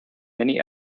many